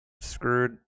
screwed